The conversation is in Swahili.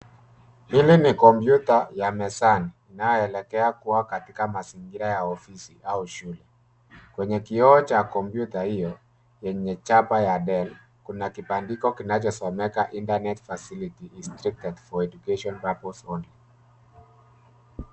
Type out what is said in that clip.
Hili ni kompyuta ya mezani, inayoelekea kua katika mazingira ya ofisi au shule. Kwenye koo ya kompyuta hio yenye chapa ya Dell, kuna kibandiko kinachosomeka, Internet Facility Instricted for Education Purpose Only .